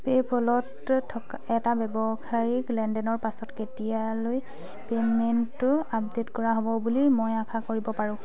পে'পলত এটা ব্যৱসায়িক লেনদেনৰ পাছত কেতিয়ালৈ পে'মেণ্টটো আপডেট কৰা হ'ব বুলি মই আশা কৰিব পাৰোঁ